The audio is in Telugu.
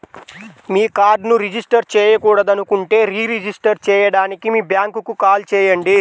మీ కార్డ్ను రిజిస్టర్ చేయకూడదనుకుంటే డీ రిజిస్టర్ చేయడానికి మీ బ్యాంక్కు కాల్ చేయండి